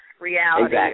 reality